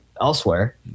elsewhere